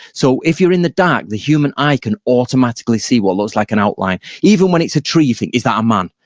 so if you're in the dark the human eye can automatically see what looks like an outline. even when it's a tree you think is that a man?